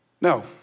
No